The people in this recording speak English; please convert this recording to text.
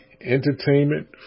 entertainment